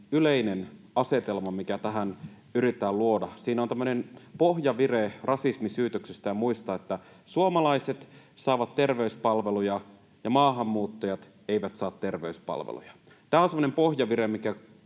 yleinen asetelma, mikä tähän yritetään luoda. Siinä on tämmöinen pohjavire rasismisyytöksistä ja muista, että suomalaiset saavat terveyspalveluja ja maahanmuuttajat eivät saa terveyspalveluja. Tämä on semmoinen pohjavire,